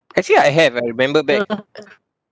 actually I have I remembered back